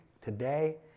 today